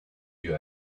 you